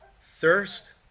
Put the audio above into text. Thirst